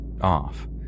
off